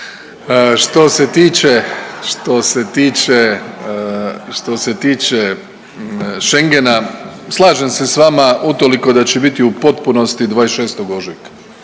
što se tiče Schengena slažem se vama utoliko da će biti u potpunosti 26. ožujka.